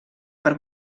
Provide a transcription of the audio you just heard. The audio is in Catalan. per